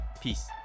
Peace